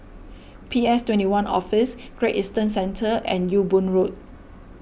P S twenty one Office Great Eastern Centre and Ewe Boon Road